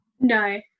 no